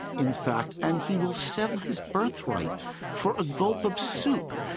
in fact, and he will sell his birthright for a gulp of soup.